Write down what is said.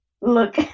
look